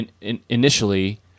initially